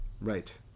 Right